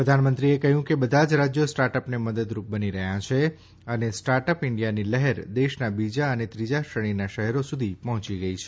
પ્રધાનમંત્રીએ કહ્યું કે બધા જ રાજ્યો સ્ટાર્ટઅપને મદદરૂપ બની રહ્યા છે અને સ્ટાર્ટઅપ ઇન્ડિયાની લહેર દેશના બીજા અને ત્રીજા શ્રેણીના શહેરો સુધી પહોંચી ગઇ છે